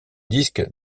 disque